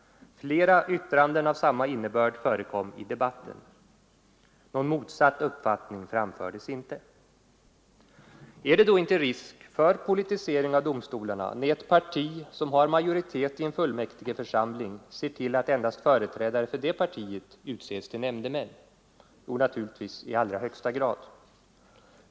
Flera yttranden av samma innebörd förekom i debatten. Någon motsatt uppfattning framfördes inte. Är det då inte en risk för politisering av domstolarna när ett parti som har majoritet i en fullmäktigeförsamling ser till att endast företrädare för detta parti utses till nämndemän? Jo, naturligtvis i allra högsta grad.